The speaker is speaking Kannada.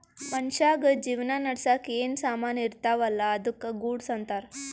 ಮನ್ಶ್ಯಾಗ್ ಜೀವನ ನಡ್ಸಾಕ್ ಏನ್ ಸಾಮಾನ್ ಇರ್ತಾವ ಅಲ್ಲಾ ಅದ್ದುಕ ಗೂಡ್ಸ್ ಅಂತಾರ್